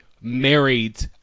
married